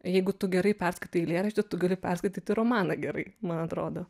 jeigu tu gerai perskaitai eilėraštį tu gali perskaityt ir romaną gerai man atrodo